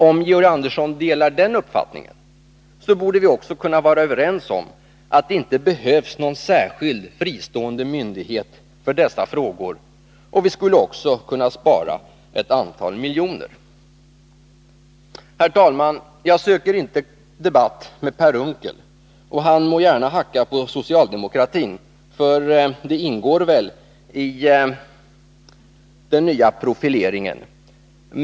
Om Georg Andersson delar den uppfattningen borde vi också kunna vara överens om att det inte behövs någon särskild, fristående myndighet för dessa frågor, och vi skulle också kunna spara ett antal miljoner. Herr talman! Jag söker inte debatt med Per Unckel, och han må gärna hacka på socialdemokratin — det ingår väl i den nya profileringen.